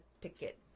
ticket